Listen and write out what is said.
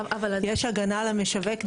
יש הגנה על המשווק,